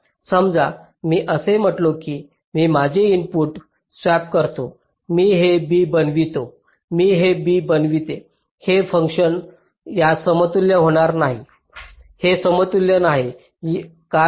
समजा मी असे म्हणतो की मी माझे इनपुट स्वॅप करतो मी हे B बनविते मी हे A बनविते हे फंक्शन यास समतुल्य होणार नाही हे समतुल्य नाही